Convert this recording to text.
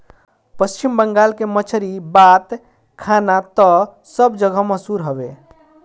पश्चिम बंगाल के मछरी बात खाना तअ सब जगही मसहूर हवे